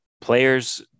players